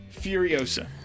Furiosa